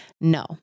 No